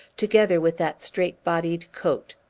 together with that strait-bodied coat.